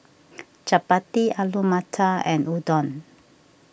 Chapati Alu Matar and Udon